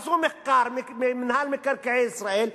מינהל מקרקעי ישראל,